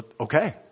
Okay